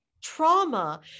Trauma